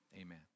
amen